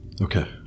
okay